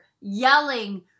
yelling